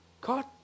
God